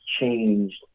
changed